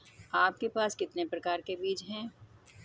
आपके पास कितने प्रकार के बीज हैं?